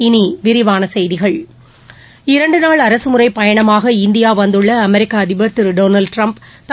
இனி விரிவான செய்திகள் இரண்டுநாள் அரசுமுறைப் பயணமாக இந்தியா வந்துள்ள அமெரிக்க அதிபர் திரு டொனால்டு ட்டிரம்பும்